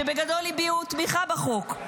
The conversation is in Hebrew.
שבגדול הביעו תמיכה בחוק.